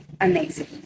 amazing